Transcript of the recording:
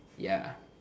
ya